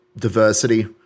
diversity